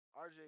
RJ